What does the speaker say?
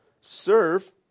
Serve